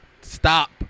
stop